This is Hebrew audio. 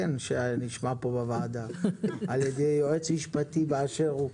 שנשמע כאן בוועדה על ידי יועץ משפטי באשר הוא.